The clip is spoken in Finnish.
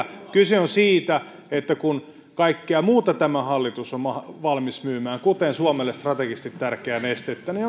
kyse on siitä että kun kaikkea muuta tämä hallitus on valmis myymään kuten suomelle strategisesti tärkeää nestettä niin